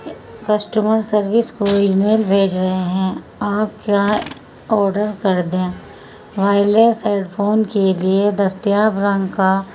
customer service کو email بھیج رہے ہیں آپ کیا آڈر کر دیں وائرلیس ہیڈ فون کے لیے دستیاب رنگ کا